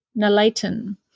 Nalayton